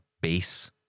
base